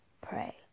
pray